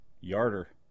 Yarder